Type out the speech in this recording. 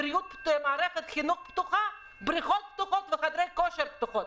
מערכת החינוך פתוחה, הבריכות וחדרי הכושר פתוחים.